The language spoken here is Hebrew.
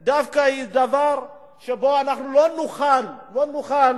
היא דווקא דבר שלא נוכל, לא נוכל,